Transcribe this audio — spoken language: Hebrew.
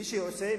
מי שעושה,